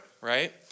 right